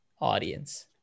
audience